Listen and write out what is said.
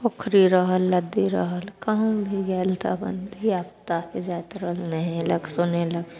पोखरि रहल नदी रहल कहु भी गेल तऽ अपन धिया पूताके जाइत रहल नहेलक सुनेलक